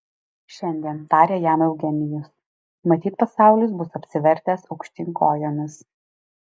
šiandien tarė jam eugenijus matyt pasaulis bus apsivertęs aukštyn kojomis